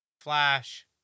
Flash